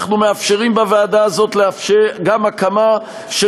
אנחנו מאפשרים בוועדה הזאת גם הקמה של